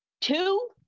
Two